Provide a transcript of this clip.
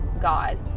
God